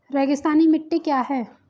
रेगिस्तानी मिट्टी क्या है?